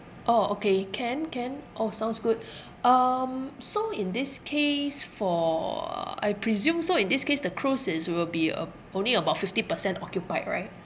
orh okay can can orh sounds good um so in this case for I presume so in this case the cruise is will be uh only about fifty percent occupied right